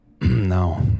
No